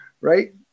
right